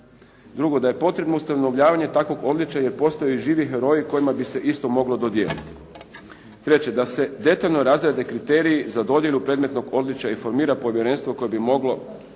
2. da je potrebno ustanovljavanje takvog odličja jer postoje živi heroji kojima bi se isto moglo dodijeliti. 3. da se detaljno razrade kriteriji za dodjelu predmetnog odličja i formira povjerenstvo koje bi moglo